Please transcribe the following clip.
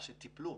שטיפלו